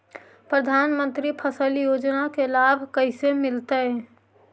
प्रधानमंत्री फसल योजना के लाभ कैसे मिलतै?